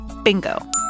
Bingo